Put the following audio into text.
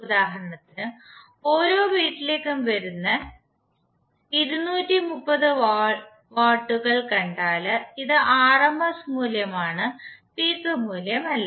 ഉദാഹരണത്തിന് ഓരോ വീട്ടിലേക്കും വരുന്ന 230 വോൾട്ടുകൾ കണ്ടാൽ ഇത് ആർഎംഎസ് മൂല്യമാണ് പീക്ക് മൂല്യമല്ല